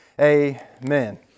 Amen